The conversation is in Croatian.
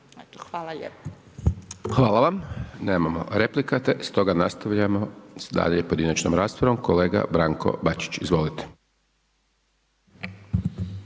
Hvala. Nemamo replika te stoga nastavljamo dalje s pojedinačnom raspravom, kolega Branko Bačić, izvolite.